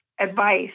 advice